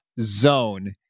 zone